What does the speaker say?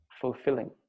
fulfilling